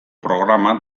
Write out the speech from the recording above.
programa